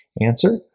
answer